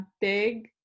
big